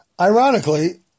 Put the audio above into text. Ironically